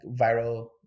viral